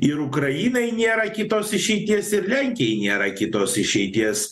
ir ukrainai nėra kitos išeities ir lenkijai nėra kitos išeities